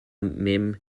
même